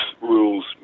rules